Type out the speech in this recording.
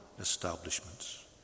establishments